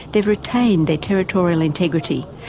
they've retained their territorial integrity,